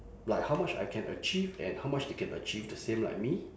like how much I can achieve and how much they can achieve the same like me